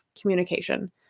communication